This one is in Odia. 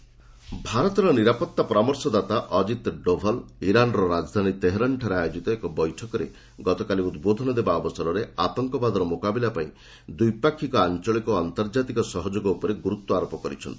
ଅଜିତ ଡୋଭାଲ ଇରାନ୍ ଭାରତର ନିରାପତ୍ତା ପରାମର୍ଶ ଦାତା ଅଜିତ ଡୋଭାଲ ଇରାନ୍ର ରାଜଧାନୀ ତେହେରାନଠାରେ ଆୟୋଜିତ ଏକ ବୈଠକରେ ଗତକାଲି ଉଦ୍ବୋଧନ ଦେବା ଅବସରରେ ଆତଙ୍କବାଦର ମୁକାବିଲା ପାଇଁ ଦ୍ୱିପାକ୍ଷିକ ଆଞ୍ଚଳିକ ଓ ଆନ୍ତର୍ଜାତିକ ସହଯୋଗ ଉପରେ ଗୁରୁତ୍ୱାରୋପ କରିଛନ୍ତି